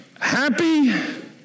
happy